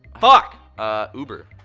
fuck. ah uber.